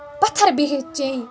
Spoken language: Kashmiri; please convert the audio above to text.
پتھر بِہِتھ چیٚنۍ